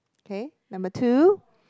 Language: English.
okay number two